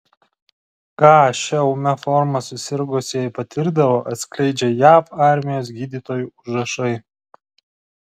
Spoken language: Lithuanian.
ką šia ūmia forma susirgusieji patirdavo atskleidžia jav armijos gydytojų užrašai